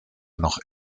noch